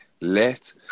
let